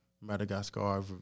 Madagascar